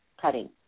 cutting